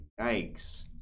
Yikes